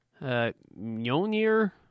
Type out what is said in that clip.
Mjolnir